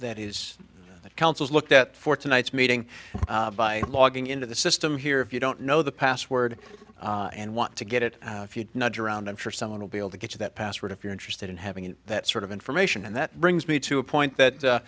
that councils looked at for tonight's meeting by logging into the system here if you don't know the password and want to get it if you're not around i'm sure someone will be able to get that password if you're interested in having it that sort of information and that brings me to a point that